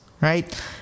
right